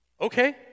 Okay